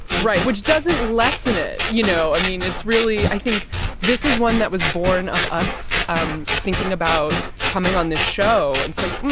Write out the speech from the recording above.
right. which doesn't lessen it, you know. i mean, it's really i think this is one that was born of us um thinking about coming on this show. and it's like.